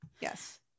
Yes